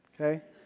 okay